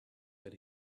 that